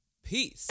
Peace